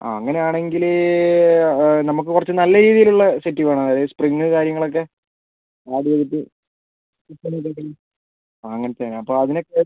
ആ അങ്ങനെ ആണെങ്കിൽ നമുക്ക് കുറച്ച് നല്ല രീതിയിൽ ഉള്ള സെറ്റി വേണം അതായത് സ്പ്രിംഗ് കാര്യങ്ങളൊക്കെ ആദ്യമായിട്ട് പൂക്കൾ ഉള്ളതും ആ അങ്ങനത്തെ അപ്പം അതിനൊക്കെ